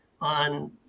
on